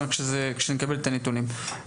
אני רק רוצה לסיים את הדיון עם עיריית ירושלים.